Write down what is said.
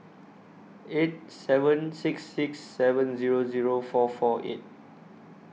eight seven six six seven Zero Zero four four eight